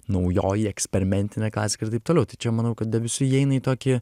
naujoji eksperimentinė klasika ir taip toliau tai čia manau kad visi įeina į tokį